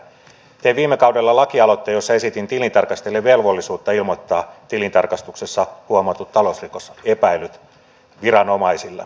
tein viime kaudella lakialoitteen jossa esitin tilintarkastajille velvollisuutta ilmoittaa tilintarkastuksessa huomatut talousrikosepäilyt viranomaisille